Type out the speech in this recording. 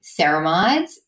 ceramides